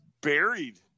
Buried